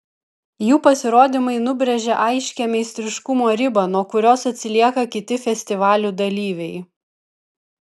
jų pasirodymai nubrėžia aiškią meistriškumo ribą nuo kurios atsilieka kiti festivalių dalyviai